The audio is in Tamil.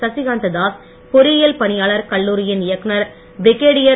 சசிகாந்த தாஸ் பொறியில் பணியாளர் கல்லூரியின் இயக்குனர் பிரிகேடியர்